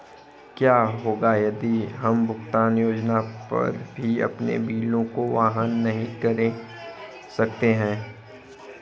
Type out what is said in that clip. क्या होगा यदि हम भुगतान योजना पर भी अपने बिलों को वहन नहीं कर सकते हैं?